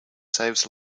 saves